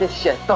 ah shut but